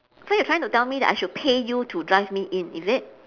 so you are trying to tell me that I should pay you to drive me in is it